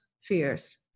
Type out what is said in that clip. fears